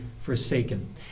forsaken